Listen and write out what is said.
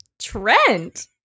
Trent